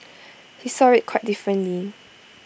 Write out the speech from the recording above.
he saw IT quite differently